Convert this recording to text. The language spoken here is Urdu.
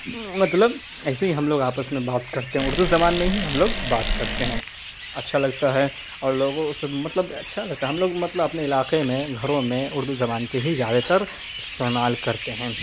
مطلب ایسے ہی ہم لوگ آپس میں بات کرتے ہیں اردو زبان میں ہی ہم لوگ بات کرتے ہیں اچھا لگتا ہے اور لوگوں سے مطلب اچھا لگتا ہے ہم لوگ مطلب اپنے علاقے میں گھروں میں اردو زبان کے ہی زیادہ تر استعمال کرتے ہیں